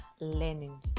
learning